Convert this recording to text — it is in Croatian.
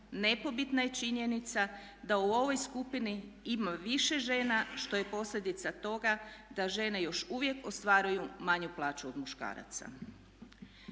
nepobitna je činjenica da u ovoj skupini ima više žena što je posljedica toga da žene još uvijek ostvaruju manju plaću od muškaraca.